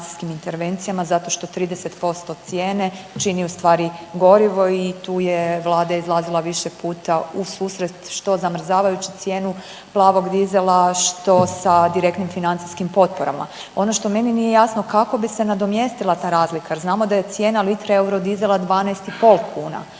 zato što 30% cijene čini ustvari gorivo i tu je Vlada izlazila više puta ususret što zamrzavajući cijenu plavog dizela, što sa direktnim financijskim potporama. Ono što meni nije jasno kako bi se nadomjestila ta razlika jer znamo da je cijena litre eurodizela 12,5 kuna,